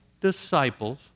disciples